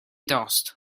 dost